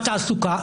התעסוקה.